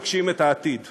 בבקשה, אדוני.